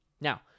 Now